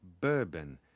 bourbon